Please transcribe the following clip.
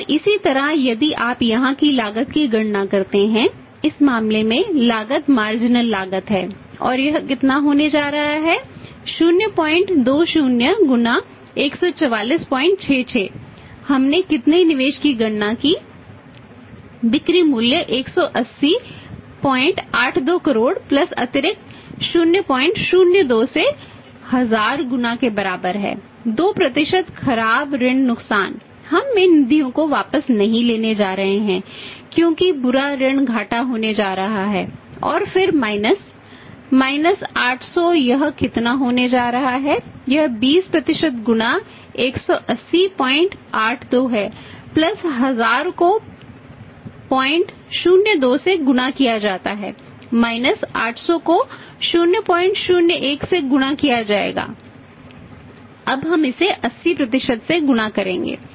और इसी तरह यदि आप यहां की लागत की गणना करते हैं इस मामले में लागत मार्जिनल 800 को 001 से गुणा किया जाएगा अब हम इसे 80 से गुणा करेंगे